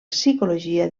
psicologia